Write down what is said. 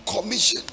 commission